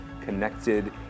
connected